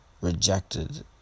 rejected